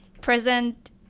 present